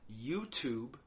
YouTube